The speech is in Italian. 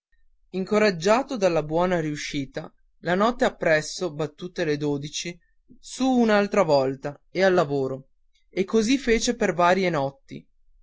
incoraggiato dalla buona riuscita la notte appresso battute le dodici su un'altra volta e al lavoro e così fece per varie notti